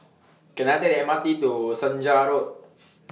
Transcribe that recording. Can I Take The M R T to Senja Road